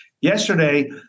Yesterday